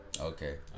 okay